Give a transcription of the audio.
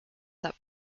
that